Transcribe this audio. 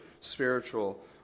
spiritual